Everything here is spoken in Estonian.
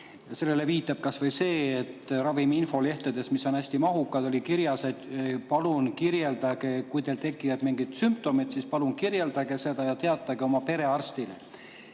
Sellele viitab kas või see, et ravimi infolehtedes, mis on hästi mahukad, oli kirjas, et kui teil on tekkinud mingeid sümptomeid, siis palun kirjeldage neid ja teatage oma perearstile.